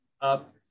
up